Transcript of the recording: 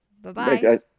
Bye-bye